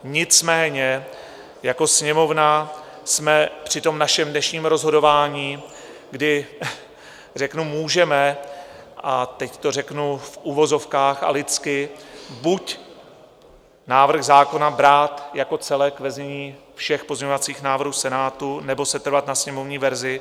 Nicméně jako Sněmovna jsme při tom našem dnešním rozhodování, kdy řeknu, můžeme a teď to řeknu v uvozovkách a lidsky buď návrh zákona brát jako celek, ve znění všech pozměňovacích návrhů Senátu, nebo setrvat na sněmovní verzi.